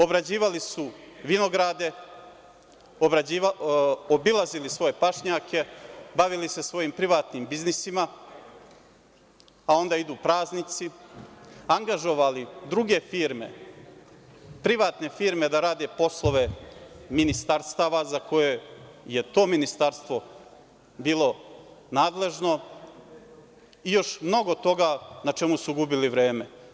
Obrađivali su vinograde, obilazili svoje pašnjake, bavili se svojim privatnim biznisima, a onda idu praznici, angažovali druge firme, privatne firme da rade poslove ministarstava za koje je to ministarstvo bilo nadležno i još mnogo toga na čemu su gubili vreme.